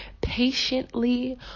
patiently